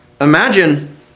Imagine